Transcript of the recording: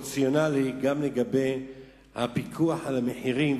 פרופורציונלי גם לגבי הפיקוח על המחירים.